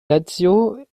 lazio